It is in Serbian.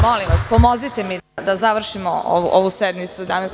Molim vas, pomozite mi da završimo ovu sednicu danas.